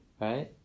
right